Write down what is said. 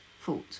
fault